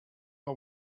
are